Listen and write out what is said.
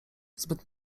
zbyt